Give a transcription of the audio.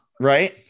Right